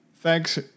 thanks